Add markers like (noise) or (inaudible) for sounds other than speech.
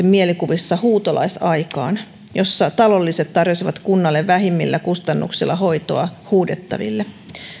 (unintelligible) mielikuvissa vahvasti huutolaisaikaan jolloin talolliset tarjosivat kunnalle vähemmillä kustannuksilla hoitoa huudettaville